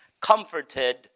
Comforted